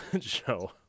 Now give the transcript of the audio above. show